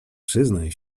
przyznaj